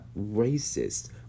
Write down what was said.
racist